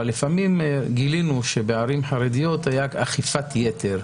אבל לפעמים גילינו שבערים חרדיות הייתה אכיפת יתר,